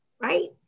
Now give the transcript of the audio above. right